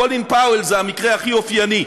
קולין פאוול זה המקרה הכי אופייני.